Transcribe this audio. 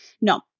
No